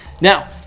Now